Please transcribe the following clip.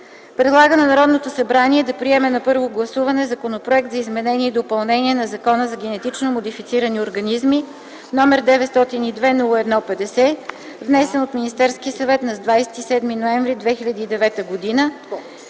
Предлага на Народното събрание да приеме на първо гласуване Законопроект за изменение и допълнение на Закона за генетично модифицирани организми № 902-01-50, внесен от Министерски съвет на 27 ноември 2009 г.